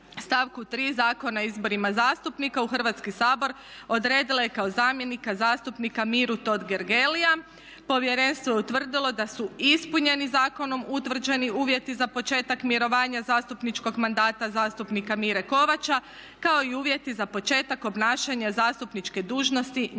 stavku 3. Zakona o izborima zastupnika u Hrvatski sabor odredila je kao zamjenika zastupnika Miru Totgergelija. Povjerenstvo je utvrdilo da su ispunjeni zakonom utvrđeni uvjeti za početak mirovanja zastupničkog mandata zastupnika Mire Kovača kao i uvjeti za početak obnašanja zastupničke dužnosti njegova